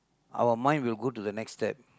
our mind will go to the next step